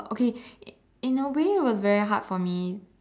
okay in a way it was very hard for me